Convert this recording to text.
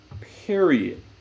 Period